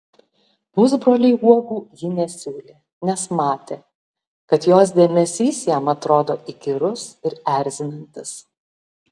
pusbroliui uogų ji nesiūlė nes matė kad jos dėmesys jam atrodo įkyrus ir erzinantis